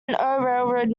railroad